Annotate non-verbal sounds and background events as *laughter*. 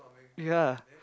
ya *noise*